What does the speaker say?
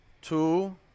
two